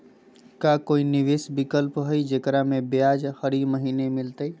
का कोई निवेस विकल्प हई, जेकरा में ब्याज हरी महीने मिलतई?